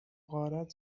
غارت